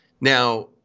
Now